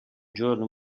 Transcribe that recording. giorno